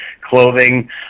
clothing